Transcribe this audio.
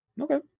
Okay